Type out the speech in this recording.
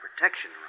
protection